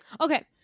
Okay